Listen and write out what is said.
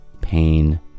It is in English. pain